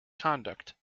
conduct